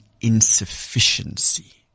insufficiency